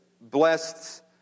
blessed